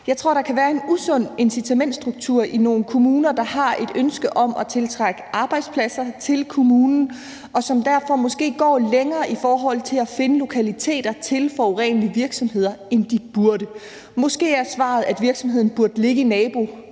Jeg tror, der kan være en usund incitamentsstruktur i nogle kommuner, der har et ønske om at tiltrække arbejdspladser til kommunen, og som derfor måske går længere i forhold til at finde lokaliteter til forurenende virksomheder, end de burde. Måske er svaret, at virksomheden burde ligge i